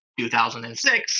2006